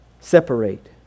separate